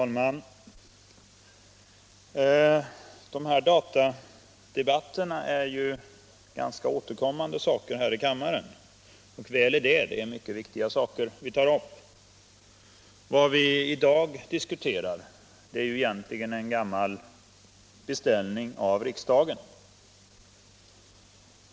Herr talman! Datadebatterna är ständigt återkommande här i kammaren, och väl är det — det är mycket viktiga frågor vi tar upp. Vad vi i dag diskuterar är egentligen en gammal beställning av riksdagen.